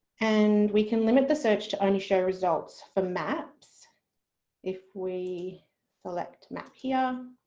and we can limit the search to only show results for maps if we select map here,